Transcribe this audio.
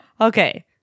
Okay